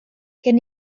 gen